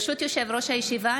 ברשות יושב-ראש הישיבה,